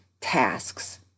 tasks